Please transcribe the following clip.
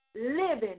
living